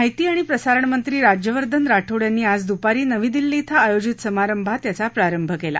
माहिती आणि प्रसारणमंत्री राज्यवर्धन राठोड यांनी आज दुपारी नवी दिल्ली इथं आयोजित समारंभात याचा प्रारंभ केला